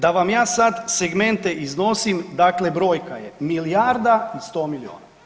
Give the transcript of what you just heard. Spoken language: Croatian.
Da vam ja sad segmente iznosim, dakle brojka je milijarda i sto milijuna.